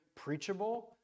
preachable